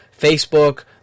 Facebook